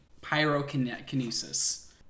pyrokinesis